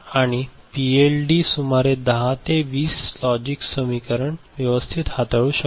आणि हे पीएलडी सुमारे 10 ते 20 लॉजिक समीकरण व्यवस्थित हाताळू शकते